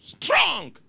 strong